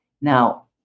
Now